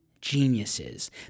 geniuses